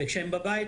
כשהם בבית,